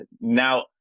Now